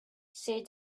said